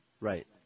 Right